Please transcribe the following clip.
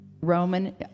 Roman